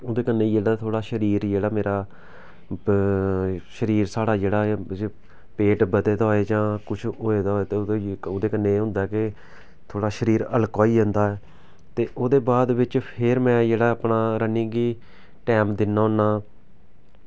ते इंदे कन्नै मेरा शरीर जेह्ड़ा मेरा शरीर साढ़ा जेह्ड़ा पेट बद्धे दा होऐ जां कुश होये दा होऐ तां उदे कन्नै एह् होंदा के थोह्ड़ा शरीर हल्का होई जंदा ते ओह्दे बाद विच फिर में जेह्ड़ा अपन रनिंग गी टैम दिन्ना होन्ना